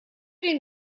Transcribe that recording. den